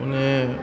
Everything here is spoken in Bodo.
माने